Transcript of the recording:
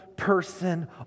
person